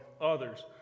others